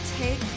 take